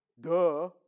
duh